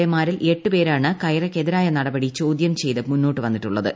A മാരിൽ എട്ട് പേരാണ് കൈറയ്ക്കെതിരായ നടപടി ചോദ്യം ചെയ്ത് മുന്നോട്ടുവന്നിട്ടുള്ളത്